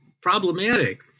problematic